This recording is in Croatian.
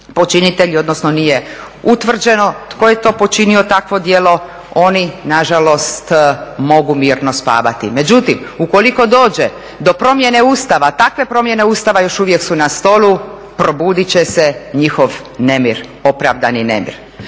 počinitelji, odnosno nije utvrđeno tko je to počinio takvo djelo, oni nažalost mogu mirno spavati. Međutim, ukoliko dođe do promjene Ustava, takve promjene Ustava još uvijek su na stolu, probudit će se njihov nemir, opravdani nemir.